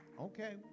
Okay